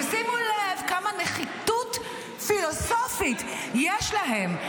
שימו לב כמה נחיתות פילוסופית יש להם,